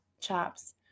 chops